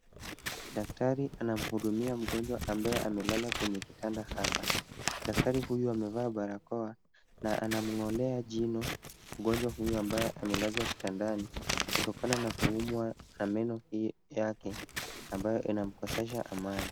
Daktari anamuhudumia mgonjwa ambaye amelala kwenye kitanda hapa. Daktari huyu amevaa barakoa na anamng'olea jino mgonjwa huyu ambaye amelazwa kitandani, kutokana na kuumwa na meno hii yake, ambayo inamkosesha amani.